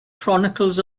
chronicles